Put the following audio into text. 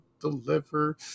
deliver